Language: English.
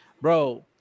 Bro